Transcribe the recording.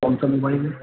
کون سا موبائل ہے